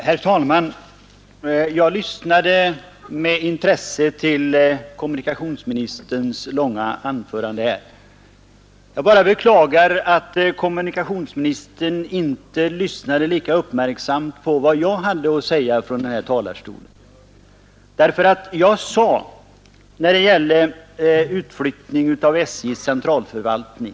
Herr talman! Jag lyssnade med intresse till kommunikationsministerns långa anförande. Jag beklagar bara att kommunikationsministern inte lyssnade lika uppmärksamt på vad jag hade att säga från den här talarstolen när det gäller utflyttning av SJ:s centralförvaltning.